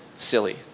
silly